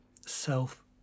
self